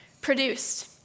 produced